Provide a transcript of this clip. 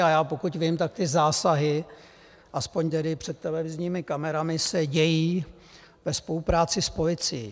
A pokud vím, ty zásahy, aspoň tedy před televizními kamerami, se dějí ve spolupráci s policií.